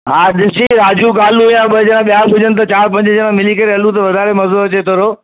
हा ॾिसजे राजू कालू या ॿ ॼणा ॿिया हुजनि त चारि पंज ॼणा मिली करे हलूं त वधारे मज़ो अचे थोरो